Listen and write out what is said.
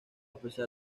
pesar